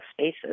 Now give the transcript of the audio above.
spaces